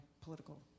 political